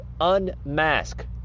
UNMASK